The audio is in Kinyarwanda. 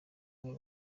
bamwe